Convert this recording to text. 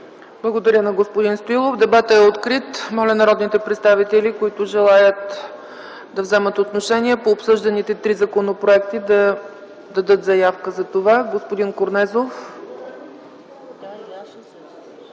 Благодаря на господин Стоилов. Дебатът е открит. Моля народните представители, които желаят да вземат отношение по обсъжданите три законопроекта, да дадат заявка за това. Господин Корнезов